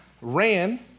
ran